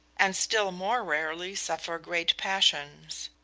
and still more rarely suffer great passions.